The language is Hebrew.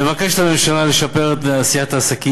מבקשת הממשלה לשפר את תנאי עשיית העסקים